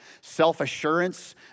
self-assurance